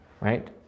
Right